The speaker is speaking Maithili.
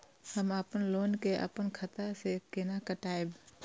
हम अपन लोन के अपन खाता से केना कटायब?